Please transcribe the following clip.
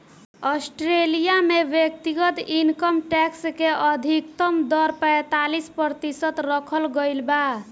Australia में व्यक्तिगत income tax के अधिकतम दर पैतालीस प्रतिशत रखल गईल बा